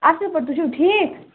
اَصٕل پٲٹھۍ تُہۍ چھُو ٹھیٖک